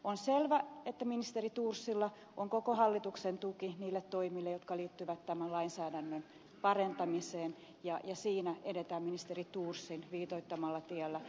on selvä että ministeri thorsilla on koko hallituksen tuki niille toimille jotka liittyvät tämän lainsäädännön parantamiseen ja siinä edetään ministeri thorsin viitoittamalla tiellä